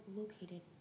located